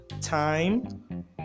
time